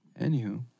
Anywho